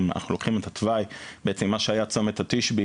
אם אנחנו לוקחים את התוואי של מה שהיה צומת התשבי